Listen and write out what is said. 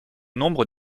nombre